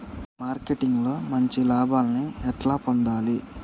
Marketing లో మంచి లాభాల్ని ఎట్లా పొందాలి?